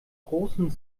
großem